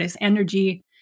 energy